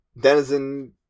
denizen